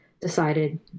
decided